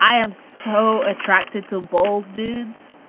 i am so attracted to bald dudes.